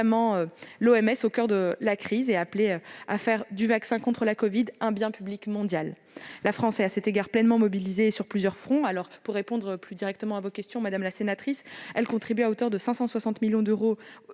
notamment l'OMS, au coeur de la crise, et appelé à faire du vaccin contre la covid-19 un bien public mondial. La France est, à cet égard, pleinement mobilisée sur plusieurs fronts. Pour répondre plus directement à vos questions, madame la sénatrice, elle contribue aux objectifs de